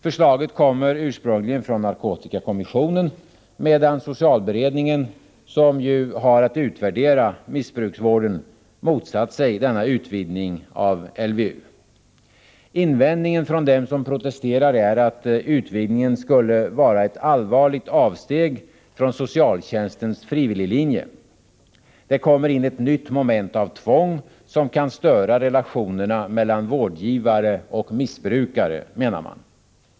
Förslaget kommer ursprungligen från narkotikakommissionen medan socialberedningen, som ju har att utvärdera missbrukarvården, motsatt sig denna utvidgning av LVU. Invändningen från dem som protesterat är att utvidgningen skulle vara ett allvarligt avsteg från socialtjänstens frivilliglinje. Det kommer in ett nytt moment av tvång, som kan störa relationerna mellan vårdgivare och missbrukare, menar man.